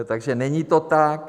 Takže není to tak.